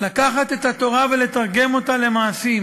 לקחת את התורה ולתרגם אותה למעשים,